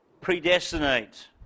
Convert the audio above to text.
predestinate